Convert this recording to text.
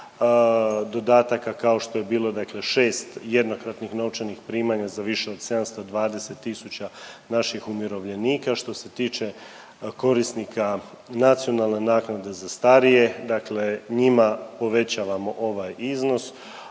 dodataka kao što je bilo dakle 6 jednokratnih novčanih primanja za više od 720 tisuća naših umirovljenika, a što se tiče korisnika nacionalne naknade za starije, dakle njima povećavamo ovaj iznos,